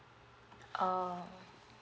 oh